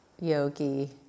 yogi